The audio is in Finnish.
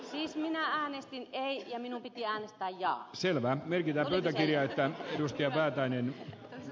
siis mutta äänestin eikä minun piti äänestää ja selvän merkin venäjältä ja väätäinen